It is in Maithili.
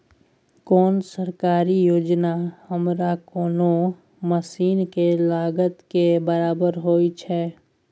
कोन सरकारी योजना हमरा कोनो मसीन के लागत के बराबर होय छै?